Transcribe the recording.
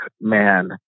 man